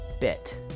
bit